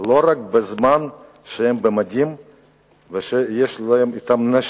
לא רק בזמן שהם במדים ויש להם נשק,